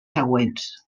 següents